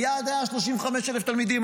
היעד היה 35,000 תלמידים.